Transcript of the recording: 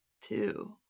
two